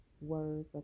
words